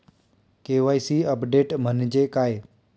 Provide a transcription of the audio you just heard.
KYC update म्हणजे काय?